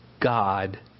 God